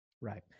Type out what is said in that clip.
Right